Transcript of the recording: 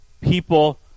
people